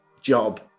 job